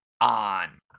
on